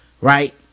right